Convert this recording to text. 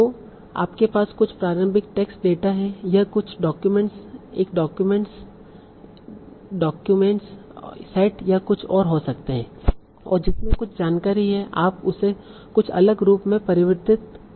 तो आपके पास कुछ प्रारंभिक टेक्स्ट डेटा हैं यह कुछ डाक्यूमेंट्स एक डॉक्यूमेंट डॉक्यूमेंटस सेट या कुछ और हो सकते है और जिसमें कुछ जानकारी है आप उसे कुछ अलग रूप में परिवर्तित करना चाहते हैं